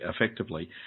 effectively